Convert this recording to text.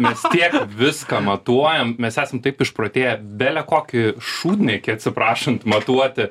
mes tiek viską matuojam mes esam taip išprotėję bele kokį šūdą atsiprašant matuoti